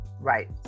Right